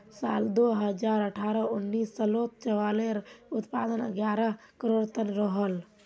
साल दो हज़ार अठारह उन्नीस सालोत चावालेर उत्पादन ग्यारह करोड़ तन रोहोल